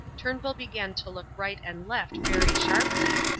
turnbull began to look right and left very sharply,